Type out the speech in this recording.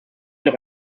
mich